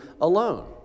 alone